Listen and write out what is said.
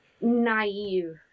naive